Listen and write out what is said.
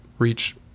Reach